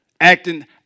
acting